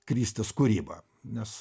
kristės kūrybą nes